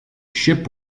ship